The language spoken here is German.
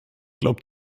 glaubt